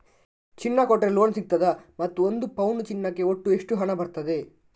ಚಿನ್ನ ಕೊಟ್ರೆ ಲೋನ್ ಸಿಗ್ತದಾ ಮತ್ತು ಒಂದು ಪೌನು ಚಿನ್ನಕ್ಕೆ ಒಟ್ಟು ಎಷ್ಟು ಹಣ ಬರ್ತದೆ?